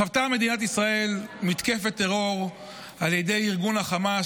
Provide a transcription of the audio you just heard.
חוותה מדינת ישראל מתקפת טרור על ידי ארגון החמאס